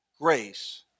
grace